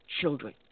children